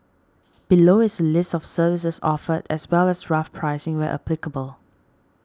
below is a list of services offered as well as rough pricing where applicable